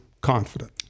confident